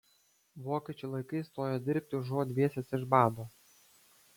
vokiečių laikais stojo dirbti užuot dvėsęs iš bado